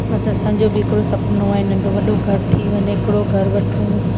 बसि असांजो बि हिकिड़ो सपनो आहे नंढो वॾो घर थी वञे हिकिड़ो घरु वठूं